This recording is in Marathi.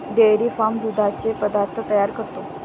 डेअरी फार्म दुधाचे पदार्थ तयार करतो